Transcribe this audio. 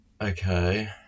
Okay